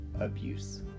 abuse